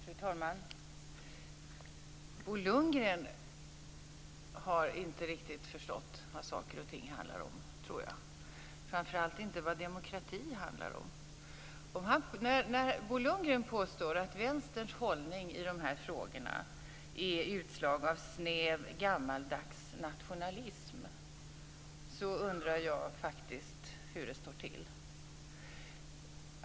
Fru talman! Bo Lundgren har inte riktigt förstått vad saker och ting handlar om, tror jag - framför allt inte vad demokrati handlar om. När Bo Lundgren påstår att Vänsterns hållning i de här frågorna är ett utslag av snäv, gammaldags nationalism undrar jag faktiskt hur det står till.